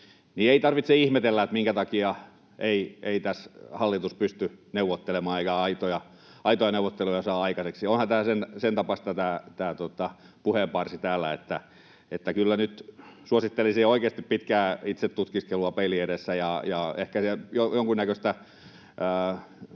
ei tarvitse ihmetellä, minkä takia ei tässä hallitus pysty neuvottelemaan eikä aitoja neuvotteluja saa aikaiseksi. Onhan tämä puheenparsi täällä sen tapaista, että kyllä nyt suosittelisin oikeasti pitkää itsetutkiskelua peilin edessä ja ehkä jonkunnäköistä